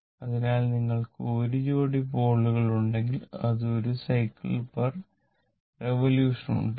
അതിനാൽ നിങ്ങൾക്ക് 1 ജോഡി പോളുകൾ ഉണ്ടെങ്കിൽ അത് 1 സൈക്കിൾറിവൊല്യൂഷൻ ഉണ്ടാക്കും